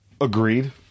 Agreed